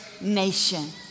nation